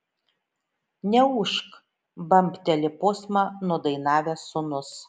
neūžk bambteli posmą nudainavęs sūnus